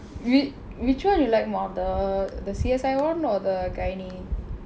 whi~ which [one] you like more the C_S_I one or gynae